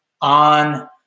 on